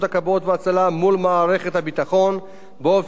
באופן שיוצר איזון בין צורכי הרשות